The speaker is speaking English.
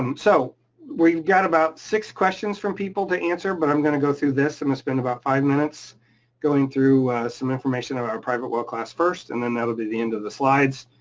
um so we've got about six questions from people to answer, but i'm gonna go through this. i'ma spend about five minutes going through some information on our private well class first, and then that'll be the end of the slides.